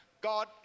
God